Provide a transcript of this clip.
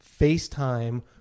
facetime